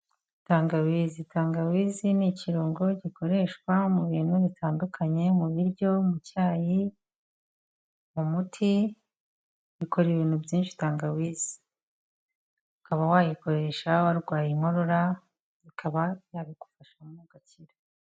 Tangabizi tangawizi ni ikirungo gikoreshwa mu bintu bitandukanye mu biryo, mu cyayi, mu muti ikora ibintu byinshi tangawizi. Ukaba wayikoresha warwaye inkorora bikaba yabigufashamo ugakira.